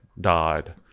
died